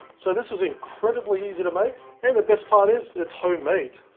so this is incredibly easy to make and the best part is it's homemade